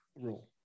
rule